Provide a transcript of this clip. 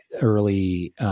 early